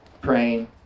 praying